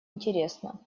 интересно